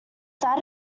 that